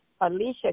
Alicia